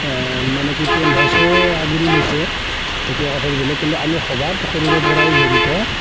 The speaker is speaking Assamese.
মানে কি টেণ্ট হাউচে আগুৰি লৈছে এতিয়াৰ কথাটো বেলেগ কিন্তু আমি সভাত সৰুৰে পৰাই জড়িত